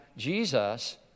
Jesus